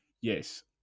yes